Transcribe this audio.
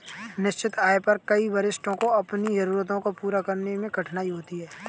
निश्चित आय पर कई वरिष्ठों को अपनी जरूरतों को पूरा करने में कठिनाई होती है